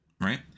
right